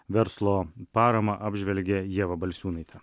verslo paramą apžvelgia ieva balčiūnaitė